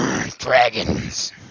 dragons